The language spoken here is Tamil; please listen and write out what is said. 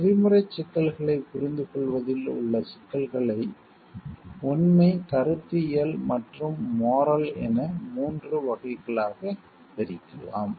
நெறிமுறைச் சிக்கல்களைப் புரிந்துகொள்வதில் உள்ள சிக்கல்களை உண்மை கருத்தியல் மற்றும் மோரல் என 3 வகைகளாகப் பிரிக்கலாம்